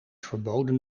verboden